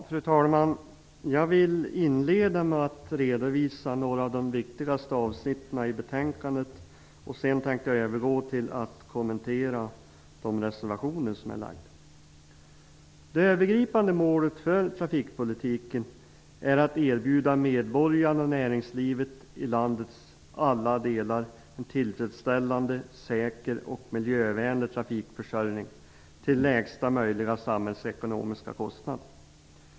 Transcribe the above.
Fru talman! Inledningsvis vill jag redovisa några av de viktigaste avsnitten i betänkandet. Sedan tänkte jag kommentera de reservationer som finns. Det övergripande målet för trafikpolitiken är att erbjuda medborgarna och näringslivet i landets alla delar en tillfredsställande, säker och miljövänlig trafikförsörjning till lägsta möjliga samhällsekonomiska kostnad.